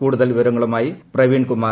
കൂടുതൽ വിവരങ്ങളുമായി പ്രവീൺ കുമാർ